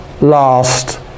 last